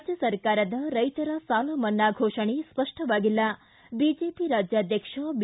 ರಾಜ್ಯ ಸರ್ಕಾರದ ರೈತರ ಸಾಲ ಮನ್ನಾ ಘೋಷಣೆ ಸ್ಪಷ್ಟವಾಗಿಲ್ಲ ಬಿಜೆಪಿ ರಾಜ್ಯಾಧ್ವಕ್ಷ ಬಿ